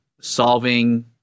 solving